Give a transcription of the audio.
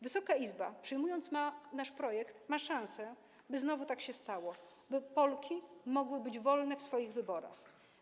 Wysoka Izba, przyjmując nasz projekt, daje szansę, by znowu tak się stało, by Polki mogły być wolne w swoich wyborach.